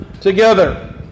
together